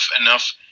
enough